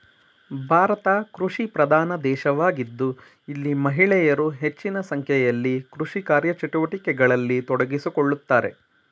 ಭಾರತ ಕೃಷಿಪ್ರಧಾನ ದೇಶವಾಗಿದ್ದು ಇಲ್ಲಿ ಮಹಿಳೆಯರು ಹೆಚ್ಚಿನ ಸಂಖ್ಯೆಯಲ್ಲಿ ಕೃಷಿ ಕಾರ್ಯಚಟುವಟಿಕೆಗಳಲ್ಲಿ ತೊಡಗಿಸಿಕೊಳ್ಳುತ್ತಾರೆ